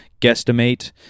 guesstimate